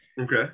Okay